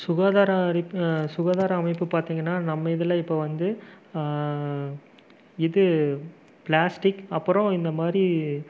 சுகாதார சுகாதார அமைப்பு பார்த்தீங்கன்னா நம்ம இதில் இப்போ வந்து இது பிளாஸ்டிக் அப்பறம் இந்தமாதிரி